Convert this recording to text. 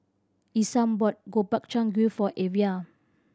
Isam brought Gobchang Gui for Evia